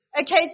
okay